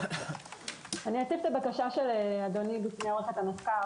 אני אציף את הבקשה שלך בפני עורכת המחקר